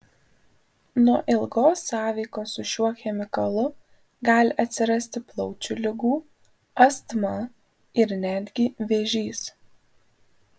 nuo ilgos sąveikos su šiuo chemikalu gali atsirasti plaučių ligų astma ir netgi vėžys